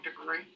degree